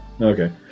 Okay